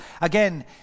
again